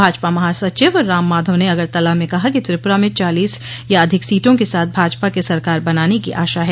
भाजपा महासचिव राम माधव ने अगरतला में कहा कि त्रिपुरा में चालीस या अधिक सीटों के साथ भाजपा के सरकार बनाने की आशा है